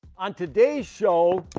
on today's show.